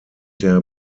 der